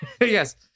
Yes